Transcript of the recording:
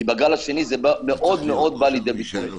כי בגל השני זה מאוד בא לידי ביטוי.